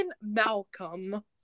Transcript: Malcolm